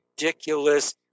ridiculous